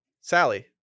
Sally